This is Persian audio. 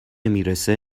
میرسه